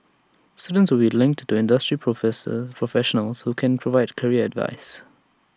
students will linked to industry professor professionals who can provide career advice